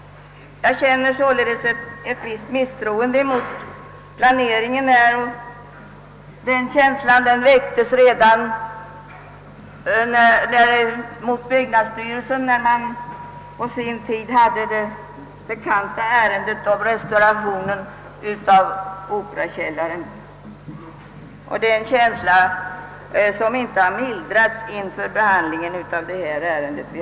Jag känner således ett visst misstroende mot byggnadsstyrelsens planering. Den känslan väcktes redan när byggnadsstyrelsen på sin tid handlade ärendet beträffande restaurationen av Operakällaren, och det är en känsla som inte har mildrats av behandlingen av detta ärende.